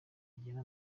rigena